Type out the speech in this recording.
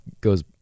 goes